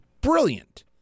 brilliant